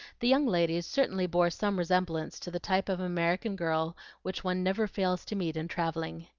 the young ladies certainly bore some resemblance to the type of american girl which one never fails to meet in travelling.